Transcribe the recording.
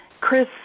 Chris